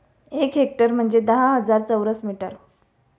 एक हेक्टर म्हणजे दहा हजार चौरस मीटर